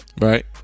Right